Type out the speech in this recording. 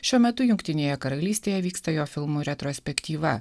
šiuo metu jungtinėje karalystėje vyksta jo filmų retrospektyva